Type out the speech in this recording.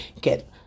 get